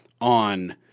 on